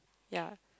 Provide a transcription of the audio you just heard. ya